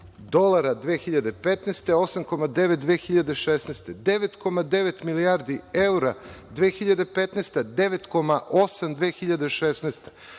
dolara 2015, 8,9 - 2016, 9,9 milijardi evra 2015, 9,8 - 2016.